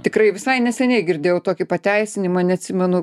tikrai visai neseniai girdėjau tokį pateisinimą neatsimenu